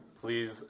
Please